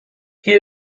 here